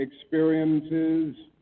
experiences